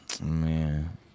Man